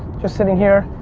just sitting here.